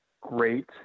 great